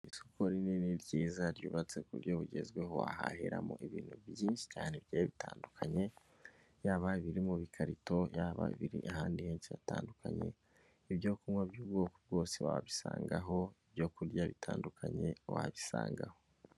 Isoko ribamo ibintu byiza ryubatse ku buryo bugezweho ahaheramo ibintu byinshi cyane byari bitandukanye yaba biri mu bikarito yaba biri ahandi henshi hatandukanye ibyo kunywa by'ubwoko bwose wabisanga aho ibyokurya bitandukanye wabisanga.